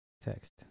text